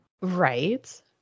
Right